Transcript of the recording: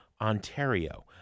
Ontario